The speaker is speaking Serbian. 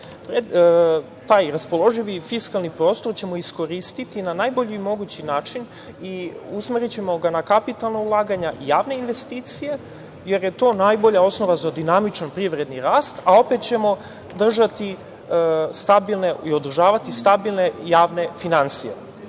raspoloživi fiskalni prostor ćemo iskoristiti na najbolji mogući način i usmerićemo ga na kapitalna ulaganja i javne investicije, jer je to najbolja osnova za dinamičan privredni rast, a opet ćemo održavati stabilne javne finansije.